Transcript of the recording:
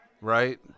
right